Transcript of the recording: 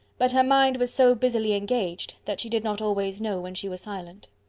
but her mind was so busily engaged, that she did not always know when she was silent.